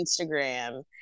Instagram